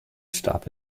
stop